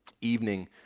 evening